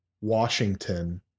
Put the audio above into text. Washington